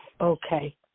okay